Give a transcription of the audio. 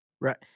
Right